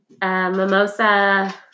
mimosa